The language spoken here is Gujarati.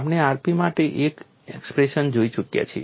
આપણે rp માટે એક એક્સપ્રેશન જોઈ ચૂક્યા છીએ